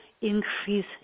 increase